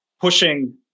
pushing